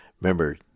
Remember